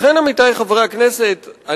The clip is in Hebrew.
הצד השני של המטבע צריך להיות,